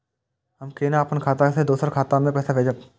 हम केना अपन खाता से दोसर के खाता में पैसा भेजब?